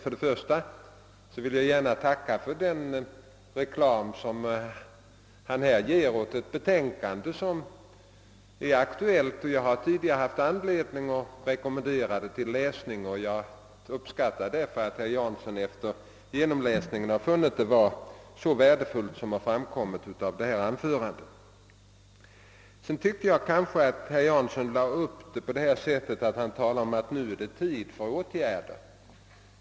Till att börja med vill jag gärna tacka för den reklam han gör för ett betänkande som är aktuellt. Jag har tidigare haft anledning att rekommendera det till läsning, och jag uppskattar därför att herr Jansson efter genomläsningen har funnit det vara så värdefullt som har framgått av hans anförande. Herr Jansson talar om att det nu är tid att fastställa ett program.